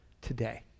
today